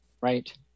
right